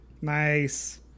Nice